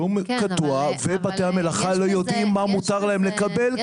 שום קטוע ובתי המלאכה לא יודעים מה מותר להם לקבל,